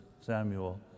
Samuel